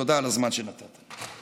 תודה על הזמן שנתת לי.